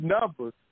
numbers